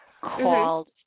Called